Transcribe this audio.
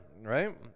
right